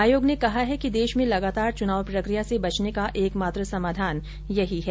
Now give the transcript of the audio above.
आयोग ने कहा है कि देश में लगातार चुनाव प्रक्रिया से बचने का एकमात्र समाधान यही है